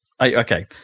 Okay